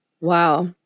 Wow